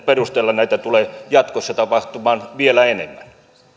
perusteella näitä tulee jatkossa tapahtumaan vielä enemmän